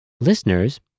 Listeners